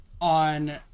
on